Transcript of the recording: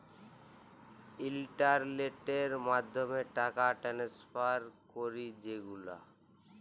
ইলটারলেটের মাধ্যমে টাকা টেনেসফার ক্যরি যে গুলা